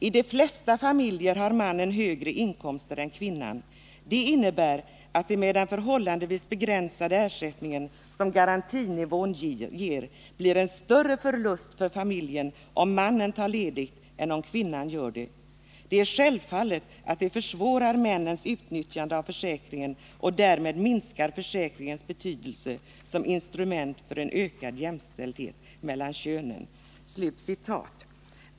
I de flesta familjer har mannen högre inkomster än kvinnan. Det innebär att det med den förhållandevis begränsade ersättningen som garantinivån ger blir det en större förlust för familjen om mannen tar ledigt än om kvinnan gör det. Det är självfallet att detta försvårar männens utnyttjande av försäkringen och därmed minskar försäkringens betydelse som instrument för en ökad jämställdhet mellan könen”.